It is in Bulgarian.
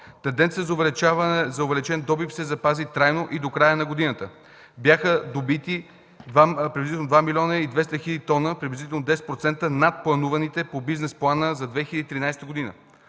Тенденцията за увеличен добив се запази трайно и до края на годината бяха добити приблизително 2 млн. 200 хил. т, приблизително 10% над плануваните по Бизнес плана за 2013 г.